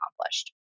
accomplished